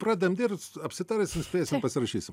pradedam dirbt apsitarsim spėsim pasirašysim